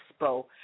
expo